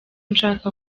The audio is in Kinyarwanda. nshaka